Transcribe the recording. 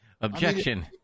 Objection